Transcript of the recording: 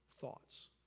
thoughts